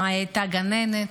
מיה הייתה גננת.